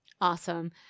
Awesome